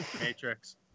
Matrix